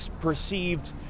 perceived